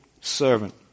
servant